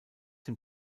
dem